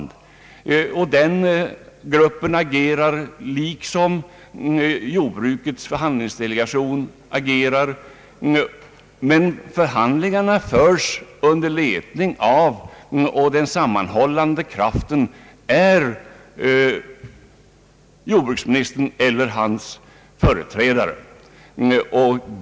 Den gruppen agerar liksom jordbrukets förhandlingsdelegation. Men ledningen och den sammanhållande kraften i förhandlingarna är jordbruksministern eller hans företrädare.